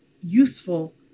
useful